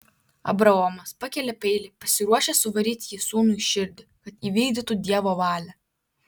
abraomas pakelia peilį pasiruošęs suvaryti jį sūnui į širdį kad įvykdytų dievo valią